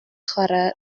chwarae